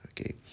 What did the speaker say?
okay